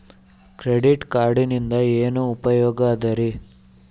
Credit ಕಾರ್ಡಿನಿಂದ ಏನು ಉಪಯೋಗದರಿ?